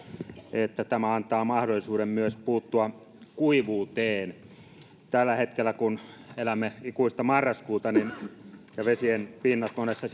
että tämä antaa mahdollisuuden puuttua myös kuivuuteen tällä hetkellä kun elämme ikuista marraskuuta ja vesien pinnat monissa